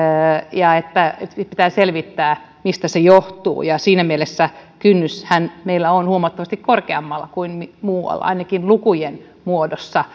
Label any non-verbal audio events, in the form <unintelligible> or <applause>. ja että pitää selvittää mistä se johtuu siinä mielessä kynnyshän meillä on huomattavasti korkeammalla kuin muualla ainakin lukujen muodossa <unintelligible>